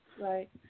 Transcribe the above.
Right